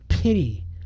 pity